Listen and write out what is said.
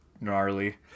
gnarly